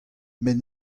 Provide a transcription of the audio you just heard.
met